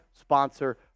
sponsor